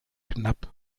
knapp